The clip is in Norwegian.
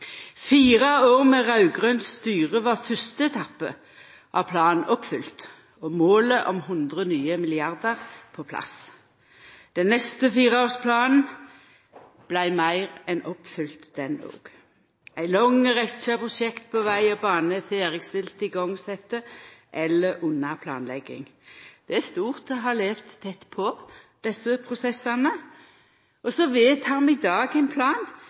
fire år med raud-grønt styre var fyrste etappe av planen oppfylt og målet om 100 nye milliardar på plass. Den neste fireårsplanen vart meir enn oppfylt den òg. Ei lang rekkje prosjekt på veg og bane er ferdigstilte, sette i gang eller under planlegging. Det er stort å ha levd tett på desse prosessane. Og så vedtek vi i dag ein plan